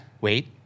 wait